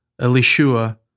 Elishua